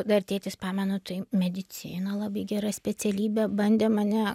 dar tėtis pamenu tai medicina labai gera specialybė bandė mane